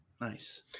Nice